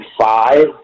five